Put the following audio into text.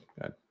Good